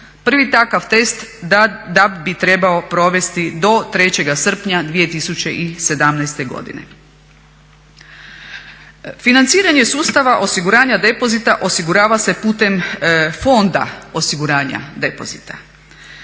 Prvi takav test da bi trebalo provesti do 3. srpnja 2017. godine. Financiranje sustava osiguranja depozita osigurava se putem fonda osiguranja depozita.